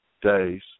days